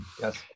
Yes